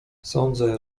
sądzę